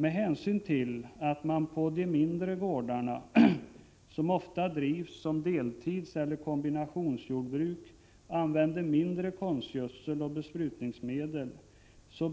Med hänsyn till att man på de mindre gårdarna — som ofta drivs som deltidseller som kombinationsjordbruk — använder mindre konstgödsel och besprutningsmedel,